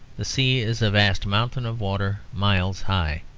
the sea is a vast mountain of water miles high